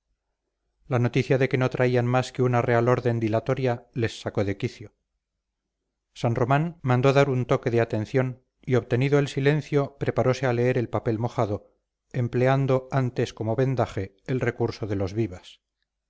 la noticia de que no traían más que una real orden dilatoria les sacó de quicio san román mandó dar un toque de atención y obtenido el silencio preparose a leer el papel mojado empleando antes como vendaje el recurso de los vivas